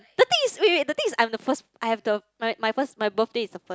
the thing is wait wait the thing is I'm the first I've the my my first birthday is the first